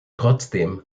trotzdem